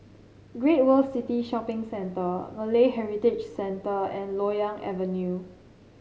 Great World City Shopping Centre Malay Heritage Centre and Loyang Avenue